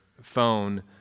phone